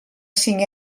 cinc